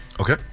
Okay